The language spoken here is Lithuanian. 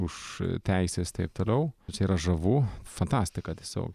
už teises taip toliau bet čia yra žavu fantastika tiesiog